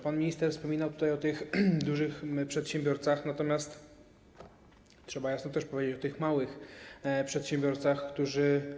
Pan minister wspominał o dużych przedsiębiorcach, natomiast trzeba jasno też powiedzieć o tych małych przedsiębiorcach, którzy.